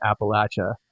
Appalachia